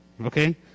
okay